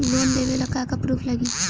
Loan लेबे ला का का पुरुफ लागि?